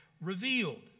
revealed